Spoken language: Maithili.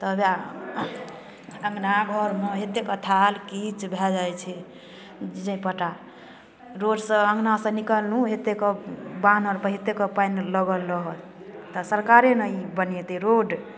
तऽ हेबे अँगना घरमे एतेक थाल किच भऽ जाए छै जाहिपटार रोडसँ अँगनासँ निकललहुँ एतेक बान्ह आओरपर एतेक पानि लागल रहल तऽ सरकारे ने ई बनेतै रोड